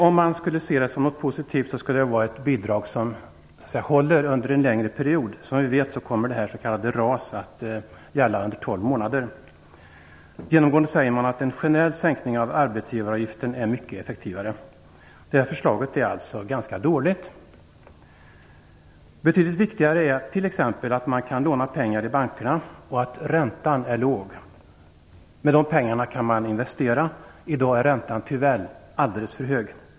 Om företagarna skulle se bidraget som något positivt skulle det gälla under en längre period. Som vi vet kommer detta RAS att gälla under tolv månader. Genomgående säger man att en generell sänkning av arbetsgivaravgiften är mycket effektivare. Detta förslag är alltså ganska dåligt. Det är betydligt viktigare att man t.ex. kan låna pengar i bankerna och att räntan är låg. Med de pengarna kan man investera. I dag är räntan tyvärr alldeles för hög.